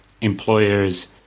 employer's